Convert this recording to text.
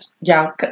y'all